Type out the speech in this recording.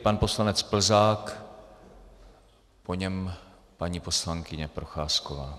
Pan poslanec Plzák, po něm paní poslankyně Procházková.